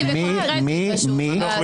אני בהחלט מוכן להידברות.